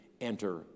Enter